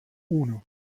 uno